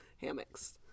hammocks